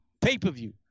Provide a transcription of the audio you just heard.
pay-per-view